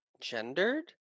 gendered